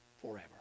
forever